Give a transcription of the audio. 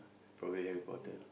probably Harry-Potter